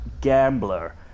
Gambler